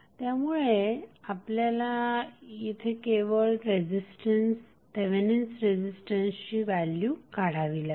त्यामुळे आपल्याला येथे केवळ थेवेनिन्स रेझिस्टन्सची व्हॅल्यु काढावी लागेल